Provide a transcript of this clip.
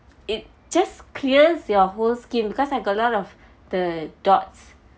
it just clears your whole skin because I got a lot of the dots